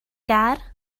gar